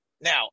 Now